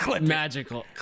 magical